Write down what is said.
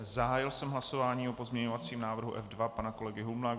Zahájil jsem hlasování o pozměňovacím návrhu F2 pana kolegy Humla.